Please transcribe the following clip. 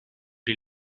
les